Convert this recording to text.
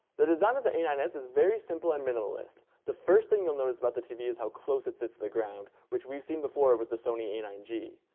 the design of the a nine s is very simple and minimalist. the first thing you'll notice about the tv is how close it sits to the ground, which we've seen before with the sony a nine g.